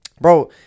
bro